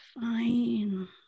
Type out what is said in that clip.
fine